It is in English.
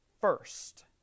first